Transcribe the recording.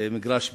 במגרש ביתי.